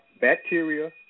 Bacteria